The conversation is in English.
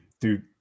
Dude